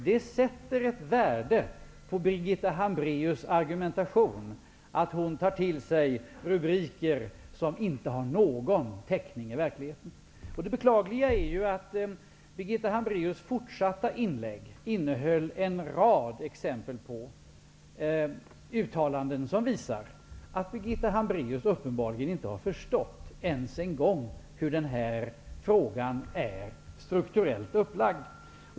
Det är ett mått på värdet i Birgitta Hambraeus argumentation att hon i debatten använder rubriker som inte har någon täckning i verkligheten. Det beklagliga är att Birgitta Hambraeus fortsatta inlägg inhöll en rad exempel på uttalanden som visar att Birgitta Hambraeus uppenbarligen inte har förstått ens hur denna fråga är strukturellt upplagd.